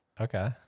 Okay